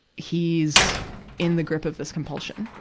he's in the grip of this compulsion.